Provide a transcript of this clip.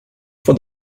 for